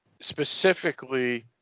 Specifically